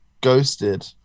Ghosted